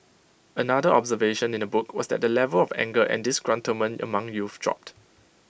another observation in the book was that the level of anger and disgruntlement among youth dropped